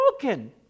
broken